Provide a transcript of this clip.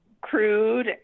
crude